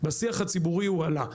בשיח הציבורי הוא עלה.